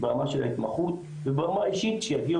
ברמה של ההתמחות וברמה האישית שיגיעו